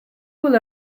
will